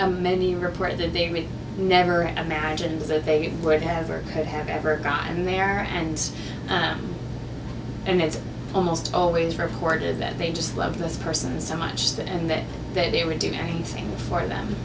many reported that they would never an imagined that they would have or could have ever gotten their hands and it's almost always reported that they just love this person so much that and that they would do anything for them